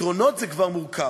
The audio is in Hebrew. פתרונות זה כבר מורכב.